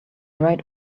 right